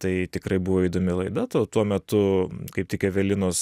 tai tikrai buvo įdomi laida tau tuo metu kaip tik evelinos